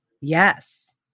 Yes